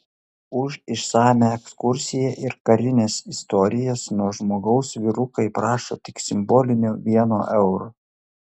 už išsamią ekskursiją ir karines istorijas nuo žmogaus vyrukai prašo tik simbolinio vieno euro